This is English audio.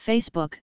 Facebook